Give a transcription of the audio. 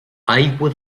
aigua